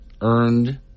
earned